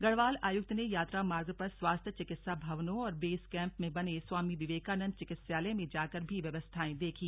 गढ़वाल आयुक्त ने यात्रा मार्ग पर स्वास्थ्य चिकित्सा भवनों और बेस केंप में बने स्वामी विवेकानंद चिकित्सालय में जाकर भी व्यवस्थाएं देखी